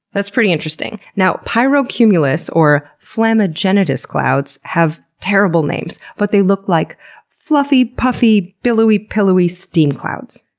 that's pretty interesting. now, pyrocumulus, or flammagenitus, clouds have terrible names but they look like fluffy puffy, billowy-pillowy steam clouds.